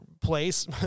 place